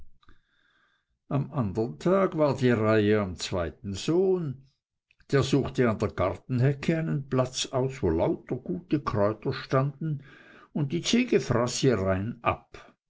am andern tag war die reihe am zweiten sohn der suchte an der gartenhecke einen platz aus wo lauter gute kräuter standen und die ziege fraß sie rein ab